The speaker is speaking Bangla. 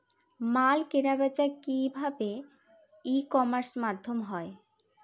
মাল কেনাবেচা কি ভাবে ই কমার্সের মাধ্যমে হয়?